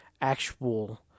actual